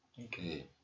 okay